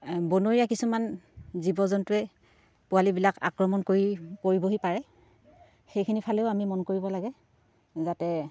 বনৰীয়া কিছুমান জীৱ জন্তুৱে পোৱালিবিলাক আক্ৰমণ কৰি কৰিবহি পাৰে সেইখিনি ফালেও আমি মন কৰিব লাগে যাতে